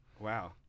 Wow